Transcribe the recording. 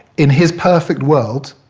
in his perfect world,